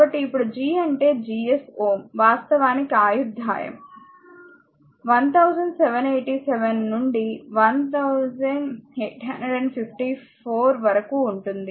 కాబట్టి ఇప్పుడు G అంటే GS Ω వాస్తవానికి ఆయుర్దాయం 1787 నుండి 1854 వరకు ఉంది